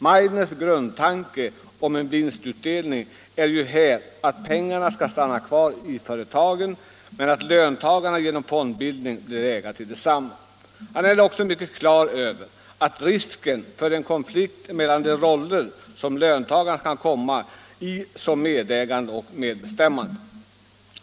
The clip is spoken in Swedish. Meidners grundtanke om en vinstutdelning är här att pengarna skall stanna kvar i företaget men att löntagarna genom fondbildning blir ägare till desamma. Han är mycket klar över risken för en konflikt mellan de roller som löntagarna kan komma i som medägande och medbestämmande.